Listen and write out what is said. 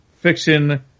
fiction